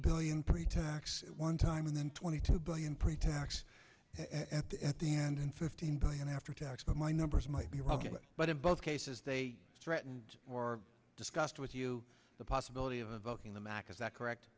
billion pretax one time and then twenty two billion pretax and then fifteen billion after tax but my numbers might be ok but in both cases they threatened or discussed with you the possibility of invoking the mac is that correct